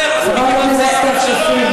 חברת הכנסת סתיו שפיר,